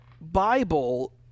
bible